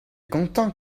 content